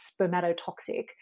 spermatotoxic